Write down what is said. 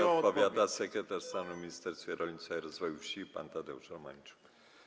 Ponownie odpowiada sekretarz stanu w Ministerstwie Rolnictwa i Rozwoju Wsi pan Tadeusz Romańczuk.